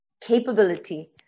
capability